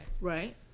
Right